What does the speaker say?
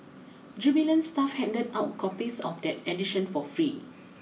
jubilant staff handed out copies of that edition for free